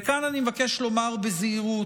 וכאן אני מבקש לומר בזהירות,